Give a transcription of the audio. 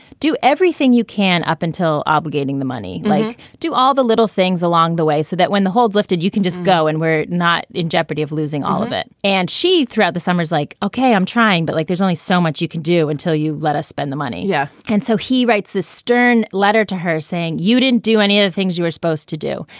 do everything you can up until obligating the money, like do all the little things along the way so that when the hold lifted, you can just go and we're not in jeopardy of losing all of it. and she throughout the summers like, okay, i'm trying. but like, there's only so much you can do until you let us spend the money. yeah and so he writes the stern letter to her saying you didn't do any of the things you were supposed to do.